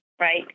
right